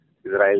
Israel